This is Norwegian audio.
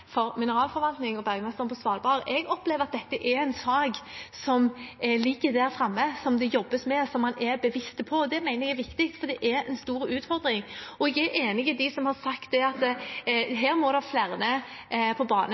for mineralforvaltning med Bergmesteren for Svalbard. Jeg opplever at dette er en sak som ligger der framme, som det jobbes med, som man er bevisst på, og det mener jeg er viktig, for det er en stor utfordring. Jeg er enig med dem som har sagt at her må det flere på